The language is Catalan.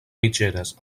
mitgeres